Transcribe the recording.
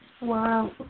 Wow